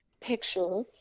picture